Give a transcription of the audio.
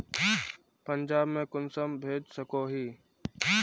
पंजाब में कुंसम भेज सकोही?